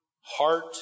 heart